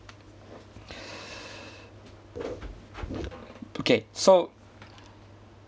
okay so